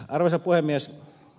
arvoisa puhemies